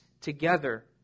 together